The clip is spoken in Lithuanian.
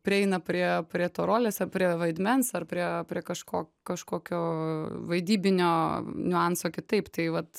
prieina prie prie to rolės a prie vaidmens ar prie prie kažko kažkokio vaidybinio niuanso kitaip tai vat